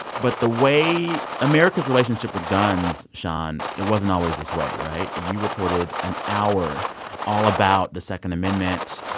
but the way america's relationship with guns, sean it wasn't always this way, right? you reported an hour all about the second amendment.